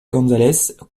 gonzalez